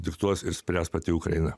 diktuos ir spręs pati ukraina